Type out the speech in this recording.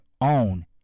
own